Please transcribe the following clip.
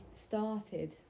started